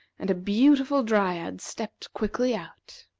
and a beautiful dryad stepped quickly out.